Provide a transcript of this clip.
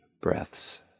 breaths